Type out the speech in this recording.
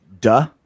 duh